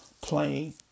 playing